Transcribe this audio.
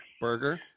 Burger